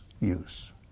use